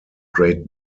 great